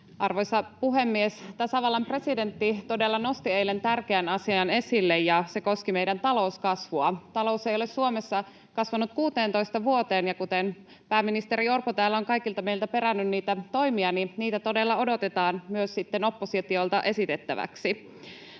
Arvoisa puhemies! Tasavallan presidentti todella nosti eilen tärkeän asian esille, ja se koskee meidän talouskasvuamme. Talous ei ole Suomessa kasvanut 16 vuoteen, ja kuten pääministeri Orpo täällä on kaikilta meiltä perännyt niitä toimia, niin niitä todella odotetaan myös oppositiolta esitettäväksi.